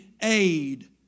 aid